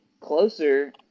closer